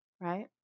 right